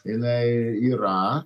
jinai yra